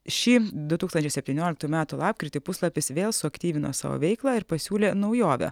šį du tūkstančiai septynioliktųjų metų lapkritį puslapis vėl suaktyvino savo veiklą ir pasiūlė naujovę